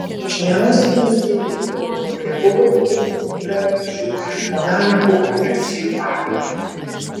dažniausiai muziejai europoje buvo įkurti kunigaikščių monarchų kolekcijų pagrindu